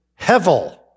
hevel